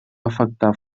afectar